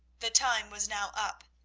the time was now up,